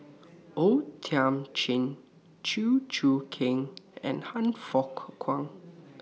O Thiam Chin Chew Choo Keng and Han Fook Kwang